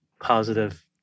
positive